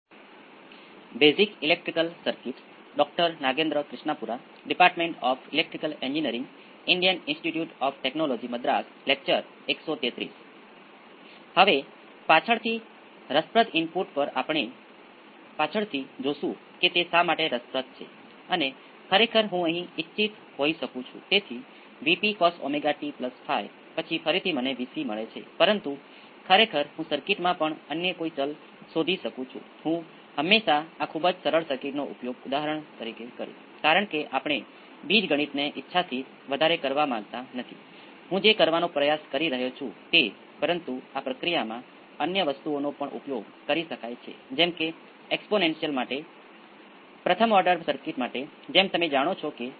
આ પાઠમાં આપણે સેકન્ડ ઓર્ડર સિસ્ટમના નેચરલ રિસ્પોન્સ સેકન્ડ ઓર્ડર સિસ્ટમનો ઉપયોગ કરીશ જે આપણે અત્યાર સુધી શ્રેણી RLC સર્કિટનો ઉપયોગ કરી રહ્યા છીએ પરંતુ પદ્ધતિ સામાન્ય રીતે કોઈપણ સેકન્ડ ઓર્ડર સિસ્ટમને લાગુ પડે છે